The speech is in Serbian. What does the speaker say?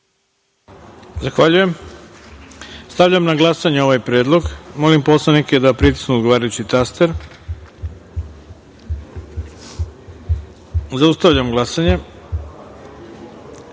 Zahvaljujem. Stavljam na glasanje ovaj predlog. Molim poslanike da pritisnu odgovarajući taster. Zaustavljam glasanje. Ukupno